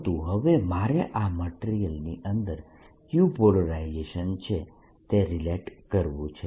પરંતુ હવે મારે આ મટીરીયલની અંદર કયું પોલરાઇઝેશન છે તે રિલેટ કરવું છે